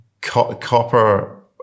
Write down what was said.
copper